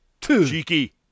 Cheeky